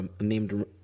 named